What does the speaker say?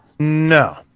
No